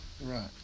right